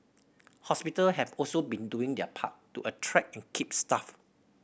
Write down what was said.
hospital have also been doing their part to attract and keep staff